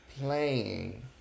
playing